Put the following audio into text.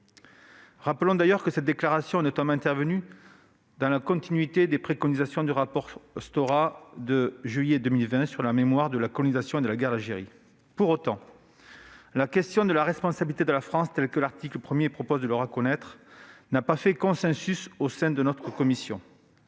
Rappelons d'ailleurs que cette déclaration s'inscrit dans la continuité des préconisations du rapport Stora, commandé en juillet 2020, sur la mémoire de la colonisation et de la guerre d'Algérie. Pour autant, la responsabilité de la France, telle que l'article 1 propose de la reconnaître, n'a pas fait consensus au sein de notre commission.